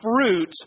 fruit